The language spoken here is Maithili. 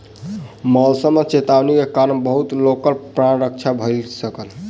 मौसमक चेतावनी के कारण बहुत लोकक प्राण रक्षा भ सकल